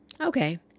Okay